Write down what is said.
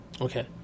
Okay